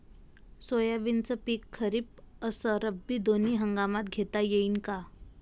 सोयाबीनचं पिक खरीप अस रब्बी दोनी हंगामात घेता येईन का?